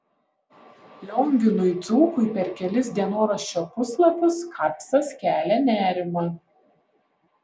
lionginui dzūkui per kelis dienoraščio puslapius kapsas kelia nerimą